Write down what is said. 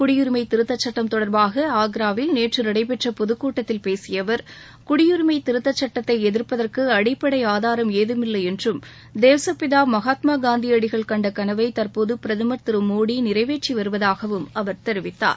குடியுரிமை திருத்தச்சுட்டம் தொடர்பாக ஆக்ராவில் நேற்று நடைபெற்ற பொதுக் கூட்டத்தில் பேசிய அவர் குடியரிமை திருத்தச் சுட்டத்தை எதிர்ப்பதற்கு அடிப்படை ஆதாரம் ஏதமில்லை என்றும் தேசுப்பிதா மகாத்மா காந்தியடிகள் கண்ட கனவை தற்போது பிரதமர் திரு மோடி நிறைவேற்றி வருவதாகவும் அவர் தெரிவித்தார்